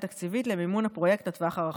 תקציבית למימון הפרויקט לטווח הרחוק.